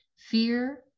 Fear